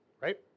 right